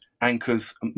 anchors